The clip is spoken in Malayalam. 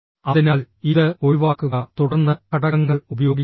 അതിനാൽ ഇത് ഒഴിവാക്കുക തുടർന്ന് ഘടകങ്ങൾ ഉപയോഗിക്കുക